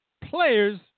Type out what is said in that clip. players